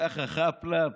ככה חאפ-לאפ,